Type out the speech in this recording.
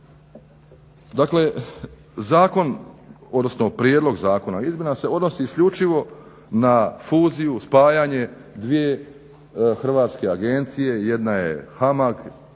Dakle zakon odnosno prijedlog zakona izmjena se odnosi isključivo na fuziju, spajanje dvije hrvatske agencije jedna je HAMAG